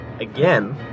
again